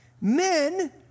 Men